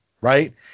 Right